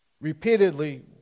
Repeatedly